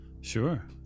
Sure